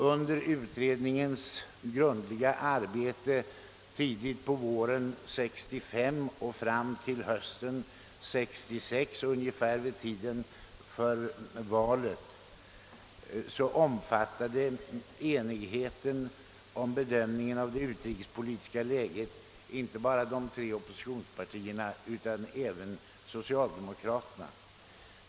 Under utredningens grundliga arbete från tidigt på våren 1965 fram till hösten 1966, ungefär vid tiden för valet, omfattade enigheten när det gällde bedömningen av det utrikespolitiska läget inte endast de tre oppositionspartierna utan även socialdemokraterna.